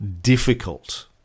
difficult